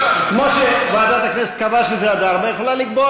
כמו שוועדת הכנסת קבעה שזה עד 16:00,